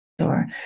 sure